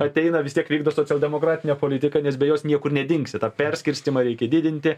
ateina vis tiek vykdo socialdemokratinę politiką nes be jos niekur nedingsi tą perskirstymą reikia didinti